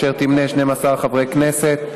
אשר תמנה 12 חברי כנסת,